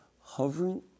hovering